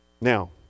Now